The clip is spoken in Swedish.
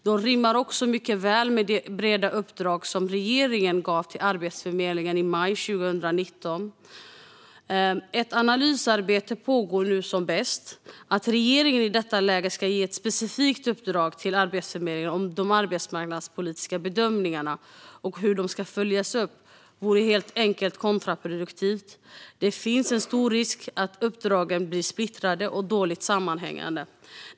De rimmar också mycket väl med det breda uppdrag som regeringen gav Arbetsförmedlingen i maj 2019. Ett analysarbete pågår nu som bäst. Riksrevisionens rapport om Arbets-förmedlingens matchningsarbete Att regeringen i detta läge skulle ge ett specifikt uppdrag till Arbetsförmedlingen om de arbetsmarknadspolitiska bedömningarna och hur de ska följas upp vore helt enkelt kontraproduktivt. Det finns en stor risk att uppdragen blir splittrade och dåligt sammanhängande.